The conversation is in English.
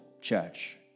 church